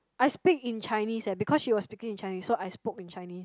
I speak in Chinese eh because she was speaking in Chinese so I spoke in Chinese